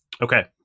Okay